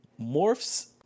Morphs